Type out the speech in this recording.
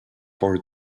for